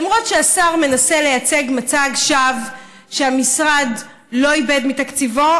למרות שהשר מנסה לייצג מצג שווא שהמשרד לא איבד מתקציבו,